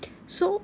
so